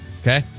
okay